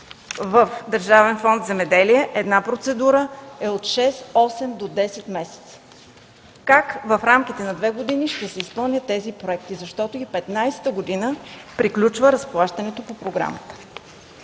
В Държавен фонд „Земеделие” една процедура от шест до осем-десет месеца. Как в рамките на две години ще се изпълнят тези проекти, защото 2015 г. приключва разплащането по програмата?